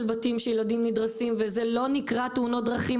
בתים שילדים נדרסים וזה לא נקרא תאונות דרכים,